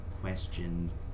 questions